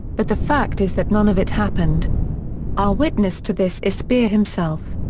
but the fact is that none of it happened our witness to this is speer himself.